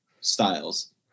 styles